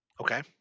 Okay